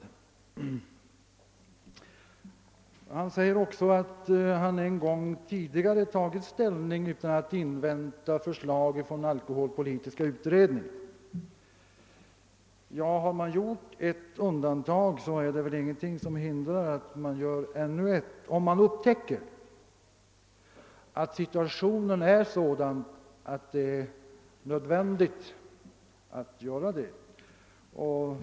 Finansministern säger att han en gång tidigare tagit ställning utan att invänta förslag från alkoholpolitiska utredningen. Den gången gällde det starkölet. Ja, har man gjort ett undantag, så är det väl ingenting som hindrar att man gör ännu ett, om man upptäcker att situationen kräver detta.